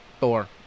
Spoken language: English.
Thor